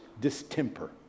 distemper